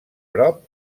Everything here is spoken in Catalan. prop